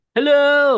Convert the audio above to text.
Hello